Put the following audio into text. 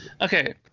Okay